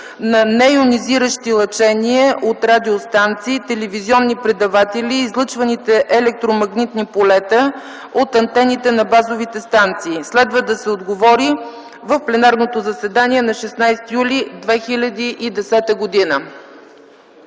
на нейонизиращи лъчения от радиостанции и телевизионни предаватели и излъчваните електромагнитни полета от антените на базовите станции. Следва да се отговори в пленарното заседание на 16 юли 2010 г.